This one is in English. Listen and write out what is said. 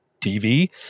TV